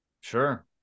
Sure